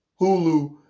Hulu